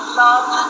love